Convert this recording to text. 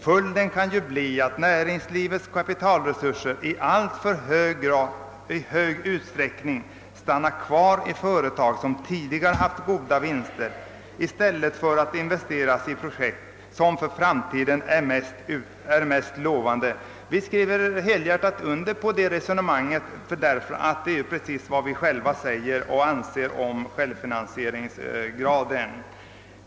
Följden kan ju bli att näringslivets kapitalresurser i alltför hög utsträckning stannar kvar i företag som tidigare haft goda vinster i stället för att investeras i projekt som för framtiden är mest lovande.» Vi understödjer helhjärtat detta resonemang, ty det är precis vad vi själva anser om självfinansieringsgraden.